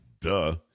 Duh